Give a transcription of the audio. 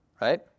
right